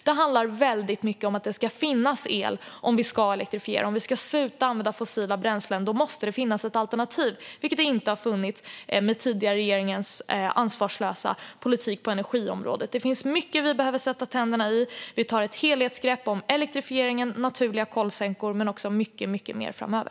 Det handlar väldigt mycket om att det ska finnas el om vi ska elektrifiera. Om vi ska sluta använda fossila bränslen måste det finnas ett alternativ, vilket inte har funnits med den tidigare regeringens ansvarslösa politik på energiområdet. Det finns mycket som vi behöver sätta tänderna i. Vi tar ett helhetsgrepp om elektrifieringen och naturliga kolsänkor men också mycket mer framöver.